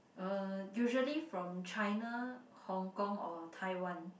uh usually from China Hong-Kong or Taiwan